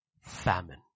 famine